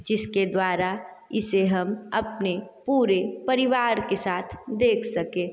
जिसके द्वारा इसे हम अपने पूरे परिवार के साथ देख सके